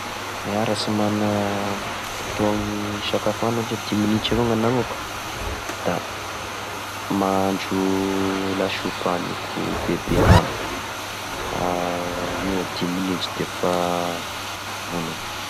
Iahy raha sy magna fotoagny isakafoagna ohatry dimy minitry avao ny agnanako, da mahandro lasopy agniko be be ragno, eo amy dimy minitry de efa vonony.